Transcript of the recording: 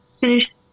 finish